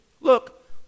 look